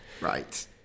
Right